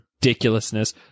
ridiculousness